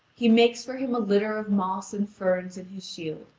he makes for him a litter of moss and ferns in his shield.